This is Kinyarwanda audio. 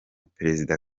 perezida